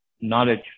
knowledge